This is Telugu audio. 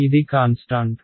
ఇది కాన్స్టాంట్